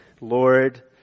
Lord